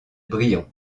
briand